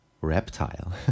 reptile